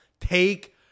Take